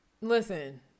Listen